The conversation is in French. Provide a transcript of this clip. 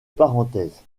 parenthèse